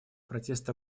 протеста